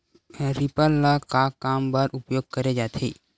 Reaper ल का काम बर उपयोग करे जाथे?